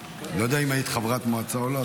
אני לא יודע אם היית חברת מועצה או לא,